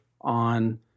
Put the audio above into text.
on